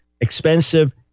expensive